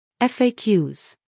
FAQs